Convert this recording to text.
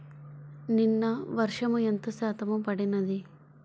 నిన్న వర్షము ఎంత శాతము పడినది?